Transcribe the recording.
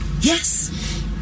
Yes